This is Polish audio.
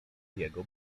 jego